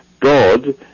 God